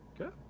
Okay